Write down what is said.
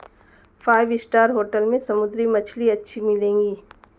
five star hotel में समुद्री मछली अच्छी मिलेंगी